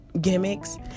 gimmicks